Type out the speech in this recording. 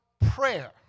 prayer